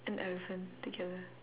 an elephant together